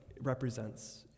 Represents